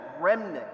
remnant